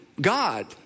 God